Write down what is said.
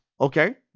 Okay